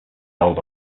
held